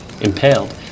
Impaled